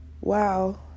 wow